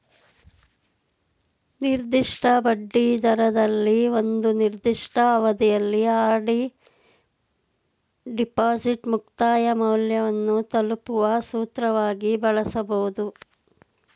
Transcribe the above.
ನಿರ್ದಿಷ್ಟ ಬಡ್ಡಿದರದಲ್ಲಿ ಒಂದು ನಿರ್ದಿಷ್ಟ ಅವಧಿಯಲ್ಲಿ ಆರ್.ಡಿ ಡಿಪಾಸಿಟ್ ಮುಕ್ತಾಯ ಮೌಲ್ಯವನ್ನು ತಲುಪುವ ಸೂತ್ರವಾಗಿ ಬಳಸಬಹುದು